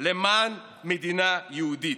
למען מדינה יהודית.